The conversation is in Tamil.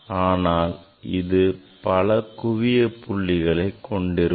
ஆனால் இது பல குவிய புள்ளிகளைக் கொண்டிருக்கும்